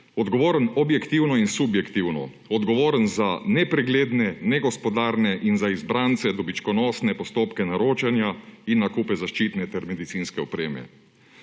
odgovoren objektivno in subjektivno, odgovoren za nepregledne, negospodarne in za izbrance dobičkonosne postopke naročanja in nakupe zaščitne ter medicinske opreme.